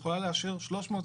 היא יכולה לאשר 300,